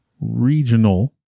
regional